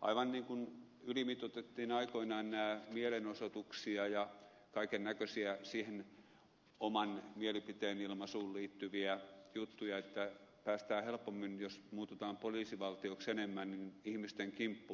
aivan niin kuin ylimitoitettiin aikoinaan näitä mielenosoituksia ja kaiken näköisiä oman mielipiteen ilmaisuun liittyviä juttuja niin että päästään helpommalla jos muututaan poliisivaltioksi enemmän ihmisten kimppuun